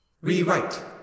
Rewrite